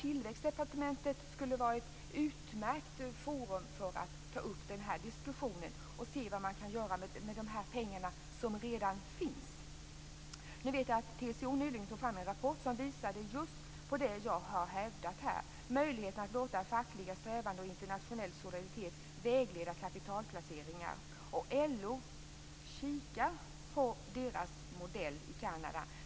Tillväxtdepartementet skulle vara ett utmärkt forum för att ta upp den här diskussionen och se vad man kan göra med de pengar som redan finns. Nu vet jag att TCO nyligen tog fram en rapport som visade just på det jag har hävdat här, dvs. möjligheten att låta fackliga strävanden och internationell solidaritet vägleda kapitalplaceringar. LO kikar på modellen i Kanada.